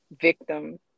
victim